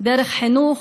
דרך חינוך,